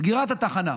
סגירת התחנה.